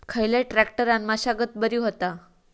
खयल्या ट्रॅक्टरान मशागत बरी होता?